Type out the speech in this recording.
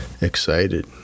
excited